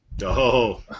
No